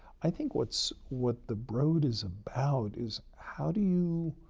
i think what's what the broad is about is how do you